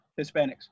hispanics